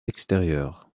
extérieure